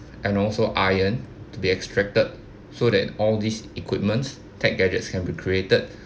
and also iron to be extracted so that all these equipments tech gadgets can be created